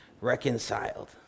reconciled